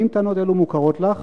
האם טענות אלו מוכרות לך?